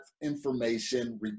information